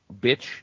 bitch